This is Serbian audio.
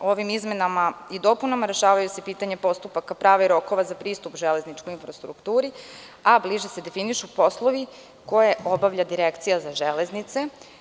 Ovim izmenama i dopunama rešavaju se pitanja postupaka prava rokova za pristup železničkoj infrastrkturi, a bliže se definišu poslovi koje obavlja Direkcija za železnice.